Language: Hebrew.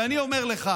ואני אומר לך